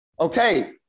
Okay